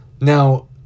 Now